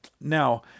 Now